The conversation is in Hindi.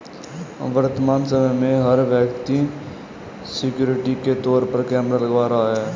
वर्तमान समय में, हर व्यक्ति सिक्योरिटी के तौर पर कैमरा लगवा रहा है